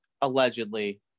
allegedly